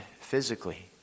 physically